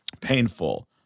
painful